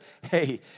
hey